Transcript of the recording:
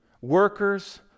workers